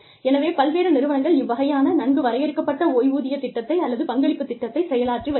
எனவே பல்வேறு நிறுவனங்கள் இவ்வகையான நன்கு வரையறுக்கப்பட்ட ஓய்வூதியத் திட்டத்தை அல்லது பங்களிப்புத் திட்டத்தைச் செயலாற்றி வருகிறது